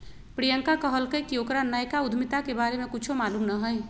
प्रियंका कहलकई कि ओकरा नयका उधमिता के बारे में कुछो मालूम न हई